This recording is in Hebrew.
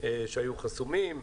שהיו חסומים,